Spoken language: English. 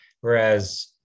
Whereas